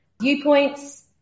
viewpoints